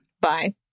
Bye